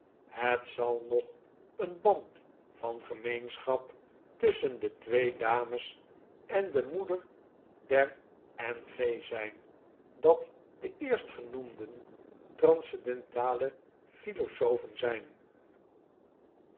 het zal nog een band van gemeenschap tusschen de twee dames en de moeder dern g zijn dat de eerstgenoemden transcendentale philosofen zijn